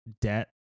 debt